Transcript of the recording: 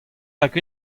hag